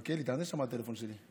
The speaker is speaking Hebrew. מלכיאלי, תענה שם לטלפון שלי.